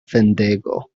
fendego